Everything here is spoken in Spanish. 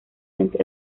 entre